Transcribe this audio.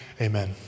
Amen